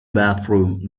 bathroom